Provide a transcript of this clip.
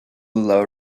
below